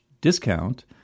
discount